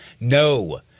No